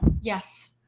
Yes